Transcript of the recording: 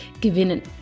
gewinnen